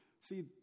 See